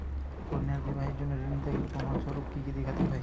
কন্যার বিবাহের জন্য ঋণ নিতে গেলে প্রমাণ স্বরূপ কী কী দেখাতে হবে?